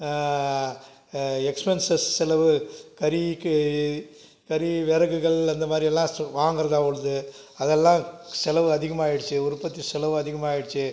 expenses செலவு கரிக்கு கரி விறகுகள் அந்த மாதிரிலாம் சு வாங்கிறதா உள்ளது அதெல்லாம் செலவு அதிகமாகிடுச்சி உற்பத்தி செலவு அதிகமாகிடுச்சி